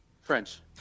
French